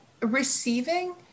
Receiving